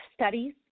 studies